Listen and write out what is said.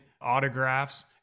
autographs